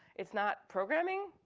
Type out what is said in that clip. it's not programming,